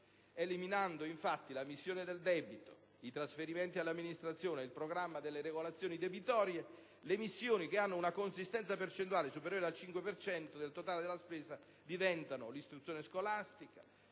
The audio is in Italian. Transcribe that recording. eliminando infatti la missione del debito, i trasferimenti alle amministrazioni e il programma delle regolazioni debitorie, le missioni che hanno una consistenza percentuale superiore al 5 per cento del totale della spesa sono l'istruzione scolastica,